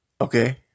okay